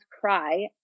cry